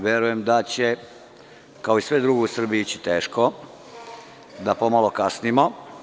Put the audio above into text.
Verujem da će, kao i sve drugo u Srbiji, ići teško, pomalo kasnimo.